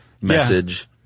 message